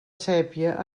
sépia